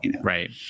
Right